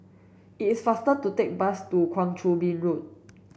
it is faster to take the bus to Kang Choo Bin Road